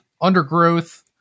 Undergrowth